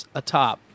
atop